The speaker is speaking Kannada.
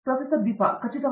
ದೀಪಾ ವೆಂಕಟೇಶ್ ಖಚಿತವಾಗಿ